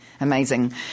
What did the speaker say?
amazing